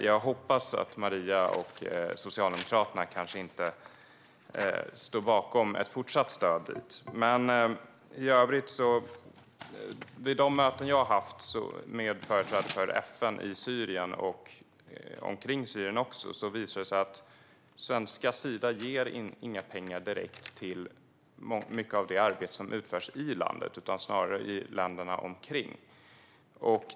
Jag hoppas att Maria och Socialdemokraterna kanske inte står bakom ett fortsatt stöd dit. I övrigt har det vid de möten jag har haft med företrädare för FN i och även omkring Syrien visat sig att svenska Sida inte ger några pengar direkt till det arbete som utförs i landet utan snarare till det arbete som utförs i länderna runt omkring.